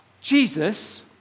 Jesus